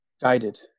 guided